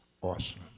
awesome